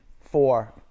four